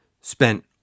spent